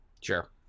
Sure